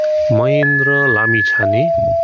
Mahendra Lamichhane